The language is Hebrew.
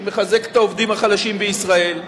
שמחזק את העובדים החלשים בישראל,